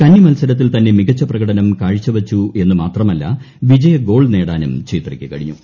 കന്നിമത്സരത്തിൽ തന്നെ മികച്ച പ്രകടനം കാഴ്ചവച്ചെന്നുമാത്രമല്ല വിജയ ഗോൾ നേടാനും ഛേത്രിക്ക് കഴിഞ്ഞു